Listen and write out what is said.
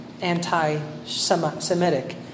anti-Semitic